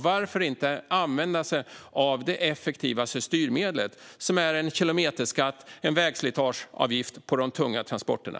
Varför inte använda sig av det effektivaste styrmedlet, som är en kilometerskatt, en vägslitageavgift, på de tunga transporterna?